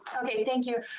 okay. thank you,